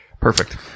perfect